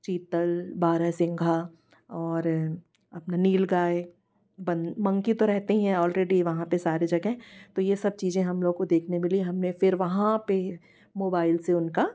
चित्तल बारहसिंगा और अपना नीलगाय मंकी तो रहते हैं ऑलरेडी वहाँ पे सारे जगह तो यह सब चीज़ें हम लोग को देखने के लिए हमने फिर वहाँ पे मोबाइल से उनका